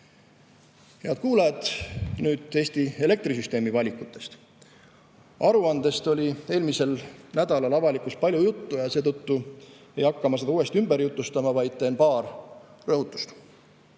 Head kuulajad! Nüüd Eesti elektrisüsteemi valikutest. Aruandest oli eelmisel nädalal avalikkuses palju juttu ja seetõttu ei hakka ma seda uuesti ümber jutustama, vaid teen paar rõhutust.